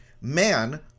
man